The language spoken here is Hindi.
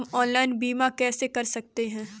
हम ऑनलाइन बीमा कैसे कर सकते हैं?